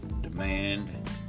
demand